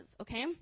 Okay